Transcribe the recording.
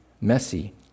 messy